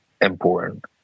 important